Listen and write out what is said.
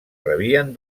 rebien